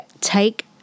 take